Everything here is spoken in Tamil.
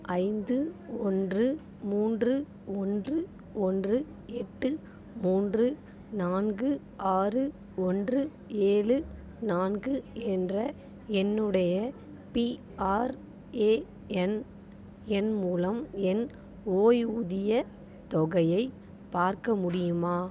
ஐந்து ஒன்று மூன்று ஒன்று ஒன்று எட்டு மூன்று நான்கு ஆறு ஒன்று ஏழு நான்கு என்ற என்னுடைய பிஆர்ஏஎன் எண் மூலம் என் ஓய்வூதியத் தொகையை பார்க்க முடியுமா